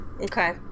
okay